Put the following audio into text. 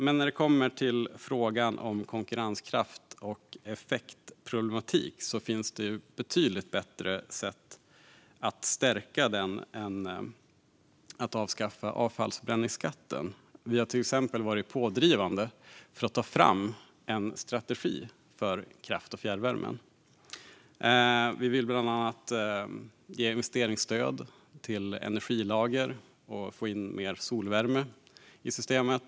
Men när det gäller frågan om konkurrenskraft och effektproblematik kan jag säga att det finns betydligt bättre sätt att stärka konkurrenskraften än att avskaffa avfallsförbränningsskatten. Vi har varit pådrivande för att ta fram en strategi för kraft och fjärrvärmen. Vi vill bland annat ge investeringsstöd till energilager och få in mer solvärme i systemet.